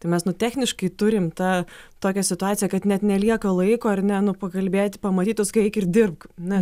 tai mes nu techniškai turim tą tokią situaciją kad net nelieka laiko ar ne nu pakalbėt pamatyt o tu sakai eik ir dirbk na